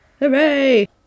Hooray